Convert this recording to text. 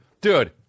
Dude